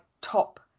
top